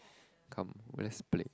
come let's play